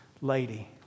lady